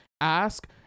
ask